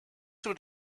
would